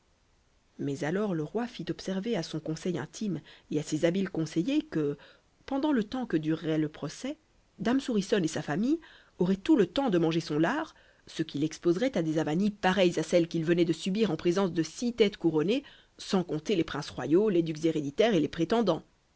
mais alors le roi fit observer à son conseil intime et à ses habiles conseillers que pendant le temps que durerait le procès dame souriçonne et sa famille auraient tout le temps de manger son lard ce qui l'exposerait à des avanies pareilles à celle qu'il venait de subir en présence de six têtes couronnées sans compter les princes royaux les ducs héréditaires et les prétendants